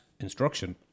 instruction